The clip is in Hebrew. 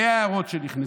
וההערות שנכנסו.